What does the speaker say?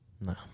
No